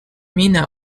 mina